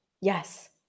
Yes